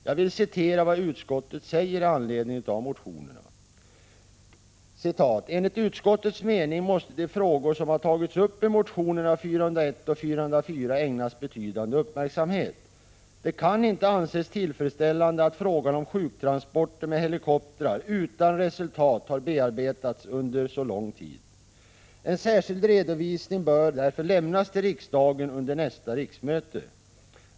Jag vill citera vad utskottet säger i anledning av motionerna: ”Enligt utskottets mening måste de frågor som har tagits upp i motionerna Fö401 och Fö404 ägnas betydande uppmärksamhet. Det kan inte anses tillfredsställande att frågan om sjuktransporter med helikoptrar utan resultat har bearbetats under lång tid. En särskild redovisning bör lämnas till riksdagen under nästa riksmöte.